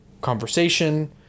conversation